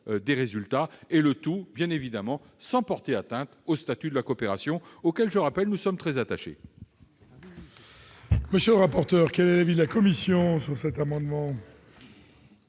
des résultats, et le tout, bien évidemment, sans porter atteinte au statut de la coopération auquel, je le rappelle, nous sommes très attachés.